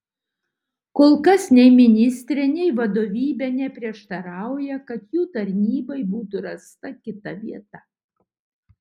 kol kas nei ministrė nei vadovybė neprieštarauja kad jų tarnybai būtų rasta kita vieta